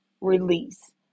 release